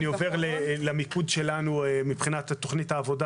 עכשיו אני עובר למיקוד שלנו מבחינת תכנית העבודה